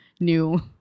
new